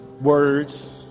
words